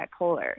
bipolar